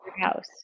house